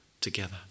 together